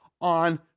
on